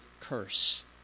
curse